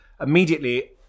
immediately